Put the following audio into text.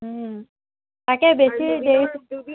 তাকেই বেছি দেৰী